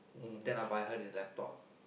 then I'll buy her the laptop